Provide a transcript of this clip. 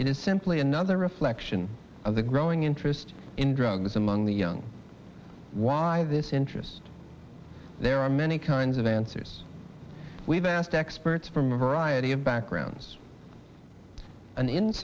is simply another reflection of the growing interest in drugs among young why this interest there are many kinds of answers we've asked experts from a variety of backgrounds an in